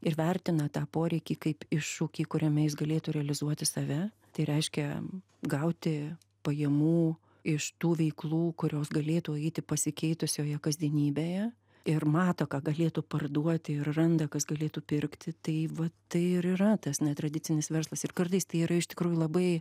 ir vertina tą poreikį kaip iššūkį kuriame jis galėtų realizuoti save tai reiškia gauti pajamų iš tų veiklų kurios galėtų eiti pasikeitusioje kasdienybėje ir mato ką galėtų parduoti ir randa kas galėtų pirkti tai vat tai ir yra tas netradicinis verslas ir kartais tai yra iš tikrųjų labai